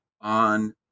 on